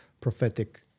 prophetic